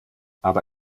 aber